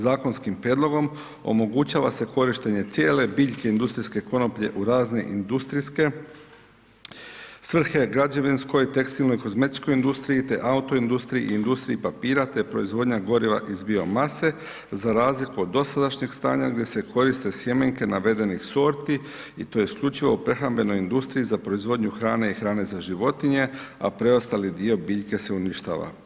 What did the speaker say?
Zakonskim prijedlogom, omogućava se korištenje cijele biljke industrijske konoplje u razne industrijske svrhe, građevinske, tekstilnoj, kozmetičkoj industriji, te auto industriji i industriji papira, te proizvodnja goriva iz bio mase, za razliku od dosadašnjih stanja, gdje se koriste sjemenke navedenih sorti i to isključivo u prehrambenoj industriji za proizvodnju hrane i hrane za životinje, a preostali dio biljke se uništava.